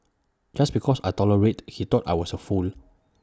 just because I tolerated he thought I was A fool